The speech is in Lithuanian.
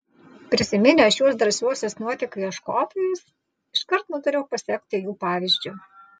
prisiminęs šiuos drąsiuosius nuotykių ieškotojus iškart nutariau pasekti jų pavyzdžiu